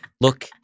Look